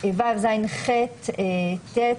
(ו), (ז), (ח), (ט),